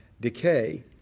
decay